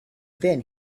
then